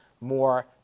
more